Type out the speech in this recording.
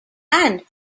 and